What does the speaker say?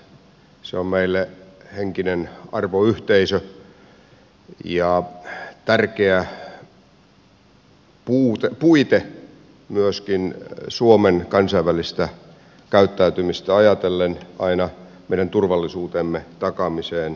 se on meille henkinen arvoyhteisö ja tärkeä puite myöskin suomen kansainvälistä käyttäytymistä ajatellen aina meidän turvallisuutemme takaamiseen saakka